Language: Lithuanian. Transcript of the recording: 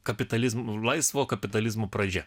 kapitalizmas laisvo kapitalizmo pradžia